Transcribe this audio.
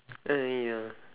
uh ya